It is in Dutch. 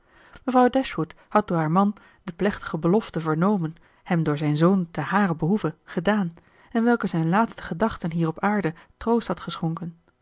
mevrouw dashwood had door haar man de plechtige belofte vernomen hem door zijn zoon te haren behoeve gedaan en welke zijn laatsten gedachten hier op aarde troost had geschonken